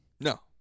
No